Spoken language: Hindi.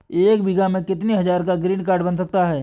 एक बीघा में कितनी हज़ार का ग्रीनकार्ड बन जाता है?